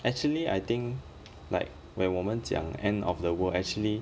actually I think like when 我们讲 end of the world actually